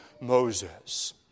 Moses